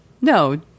No